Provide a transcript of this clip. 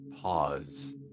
pause